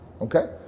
Okay